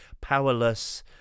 Powerless